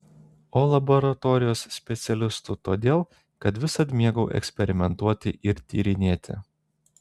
o laboratorijos specialistu todėl kad visad mėgau eksperimentuoti ir tyrinėti